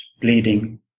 bleeding